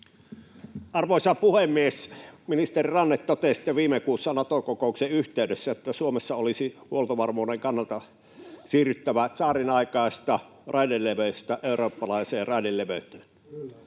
Arvoisa puhemies! Ministeri Ranne, totesitte viime kuussa Nato-kokouksen yhteydessä, että Suomessa olisi huoltovarmuuden kannalta siirryttävä tsaarinaikaisesta raideleveydestä eurooppalaiseen raideleveyteen.